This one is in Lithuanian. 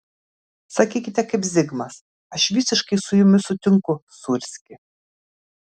sakykite kaip zigmas aš visiškai su jumis sutinku sūrski